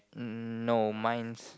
no mine's